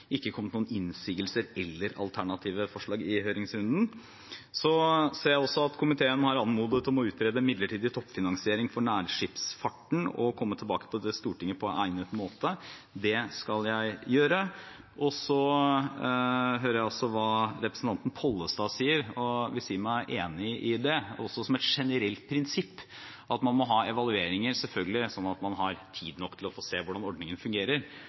ikke kommet noen innsigelser eller alternative forslag i høringsrunden. Jeg ser også at komiteen har anmodet om å utrede midlertidig toppfinansiering for nærskipsfarten og komme tilbake til Stortinget med det på egnet måte. Det skal jeg gjøre. Jeg hører også hva representanten Pollestad sier, og vil si meg enig i det – også som et generelt prinsipp, at man selvfølgelig må ha evalueringer sånn at man har tid nok til å få se hvordan ordningen fungerer,